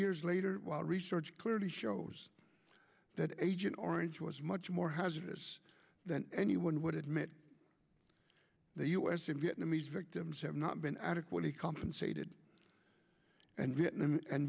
years later while research clearly shows that agent orange was much more hazardous than anyone would admit the us and vietnamese victims have not been adequately compensated and written and